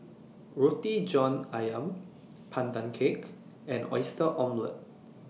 Roti John Ayam Pandan Cake and Oyster Omelette